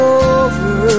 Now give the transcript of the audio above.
over